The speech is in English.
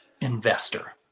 investor